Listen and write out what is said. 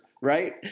right